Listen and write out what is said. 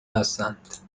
هستند